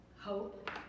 hope